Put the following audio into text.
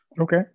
Okay